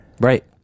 right